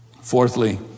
Fourthly